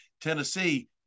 Tennessee